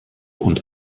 und